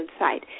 inside